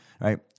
right